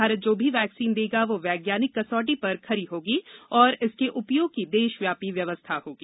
भारत जो भी वैक्सीन देगा वो वैज्ञानिक कसौटी पर खरी होगी और इसके उपयोग की देशव्यापी व्यवस्था होगी